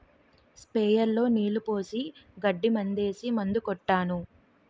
sprayer లో నీళ్లు పోసి గడ్డి మందేసి మందు కొట్టాను